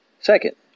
Second